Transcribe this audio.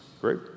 Great